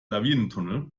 lawinentunnel